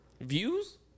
Views